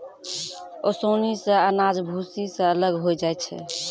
ओसौनी सें अनाज भूसी सें अलग होय जाय छै